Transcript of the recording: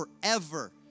forever